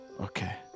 Okay